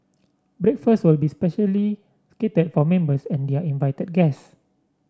breakfast will be specially catered for members and their invited guests